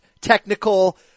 technical